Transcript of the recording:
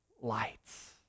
lights